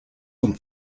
und